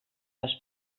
les